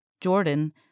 Jordan